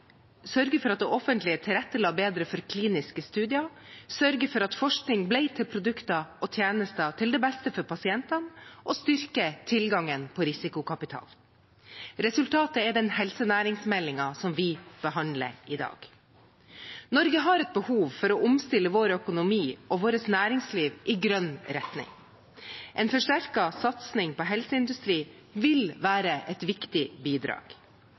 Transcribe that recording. sørge for at det offentlige tilrettela bedre for kliniske studier, sørge for at forskning ble til produkter og tjenester til det beste for pasientene, og styrke tilgangen til risikokapital. Resultatet er den helsenæringsmeldingen som vi behandler i dag. Norge har behov for å omstille vår økonomi og vårt næringsliv i grønn retning. En forsterket satsing på helseindustri vil være et viktig bidrag.